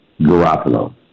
Garoppolo